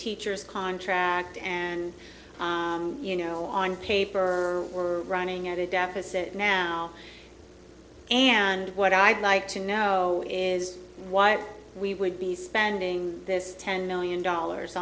teacher's contract and you know on paper or running at a deficit now and what i'd like to know is what we would be spending this ten million dollars